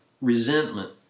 resentment